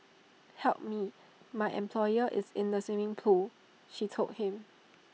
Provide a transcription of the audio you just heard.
help me my employer is in the swimming pool she told him